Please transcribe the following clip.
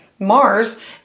Mars